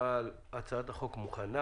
אבל הצעת החוק מוכנה